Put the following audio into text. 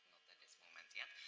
at this moment yet.